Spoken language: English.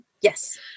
Yes